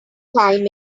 time